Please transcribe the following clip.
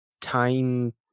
time